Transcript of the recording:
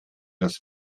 das